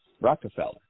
Rockefeller